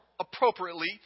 appropriately